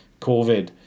covid